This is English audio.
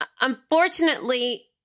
unfortunately